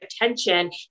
attention